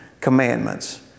commandments